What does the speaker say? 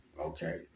Okay